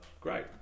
great